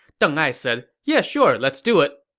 deng ai said, yeah sure, let's do it.